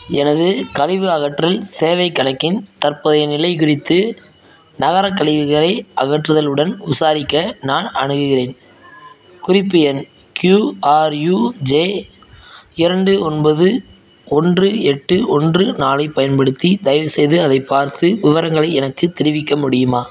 எனது கழிவு அகற்றல் சேவைக் கணக்கின் தற்போதைய நிலை குறித்து நகரக் கலிவுகளை அகற்றுதல் உடன் விசாரிக்க நான் அணுகுகிறேன் குறிப்பு எண் கியூஆர்யூஜே இரண்டு ஒன்பது ஒன்று எட்டு ஒன்று நாலைப் பயன்படுத்தி தயவுசெய்து அதைப் பார்த்து விவரங்களை எனக்குத் தெரிவிக்க முடியுமா